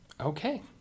Okay